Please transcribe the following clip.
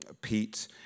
Pete